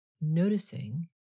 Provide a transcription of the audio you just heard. Noticing